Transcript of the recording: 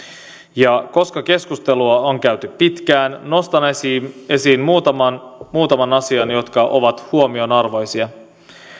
koska keskustelua on käyty pitkään nostan esiin esiin muutaman muutaman asian jotka ovat huomion arvoisia